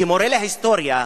כמורה להיסטוריה,